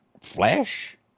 flesh